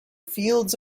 fields